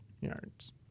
yards